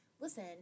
listen